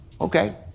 okay